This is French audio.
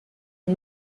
une